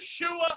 Yeshua